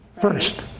first